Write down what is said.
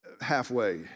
halfway